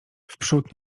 wprzód